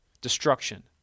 destruction